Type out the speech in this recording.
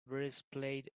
breastplate